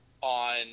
on